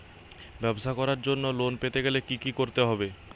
ব্যবসা করার জন্য লোন পেতে গেলে কি কি করতে হবে?